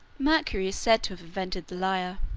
mercury is said to have invented the lyre.